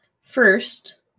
first